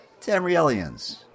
Tamrielians